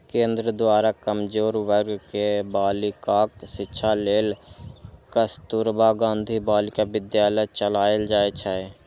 केंद्र द्वारा कमजोर वर्ग के बालिकाक शिक्षा लेल कस्तुरबा गांधी बालिका विद्यालय चलाएल जाइ छै